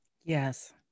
yes